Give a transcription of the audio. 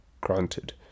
granted